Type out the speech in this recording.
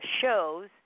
shows